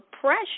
pressure